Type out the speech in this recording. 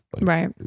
Right